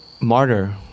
martyr